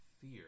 fear